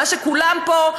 וכולם פה,